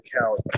account